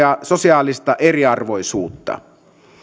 ja sosiaalista eriarvoisuutta